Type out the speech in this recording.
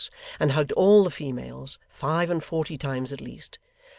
and hugged all the females, five-and-forty times, at least,